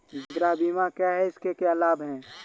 गृह बीमा क्या है इसके क्या लाभ हैं?